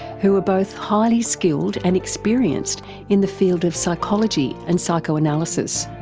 who are both highly skilled and experienced in the field of psychology and psychoanalysis.